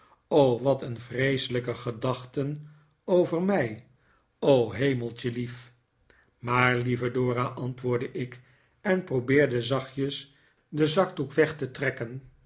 o wat een vree'selijke gedachten over mij o hemeltje lief maar lieve dora antwoordde ik en probeerde zachtjes den zakdoek weg te trekken